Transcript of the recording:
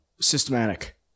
systematic